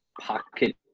pocket